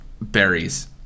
Berries